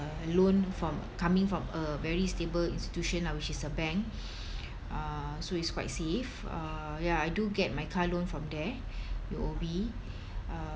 a loan from coming from a very stable institution lah which is a bank uh so it's quite safe uh ya I do get my car loan from there uh U_O_B